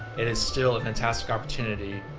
it is still a fantastic opportunity